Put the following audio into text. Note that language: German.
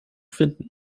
finden